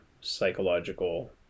psychological